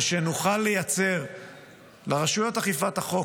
-- ושנוכל לייצר לרשויות אכיפת החוק